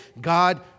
God